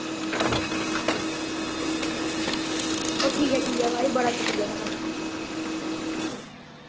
एह् ठीक ऐ ठीक ऐ म्हाराज बड़ा शुक्रिया थुआढ़ा